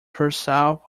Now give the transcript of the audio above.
herself